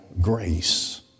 grace